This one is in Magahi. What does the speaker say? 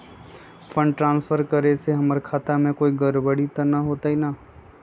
फंड ट्रांसफर करे से हमर खाता में कोई गड़बड़ी त न होई न?